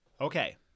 Okay